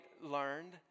learned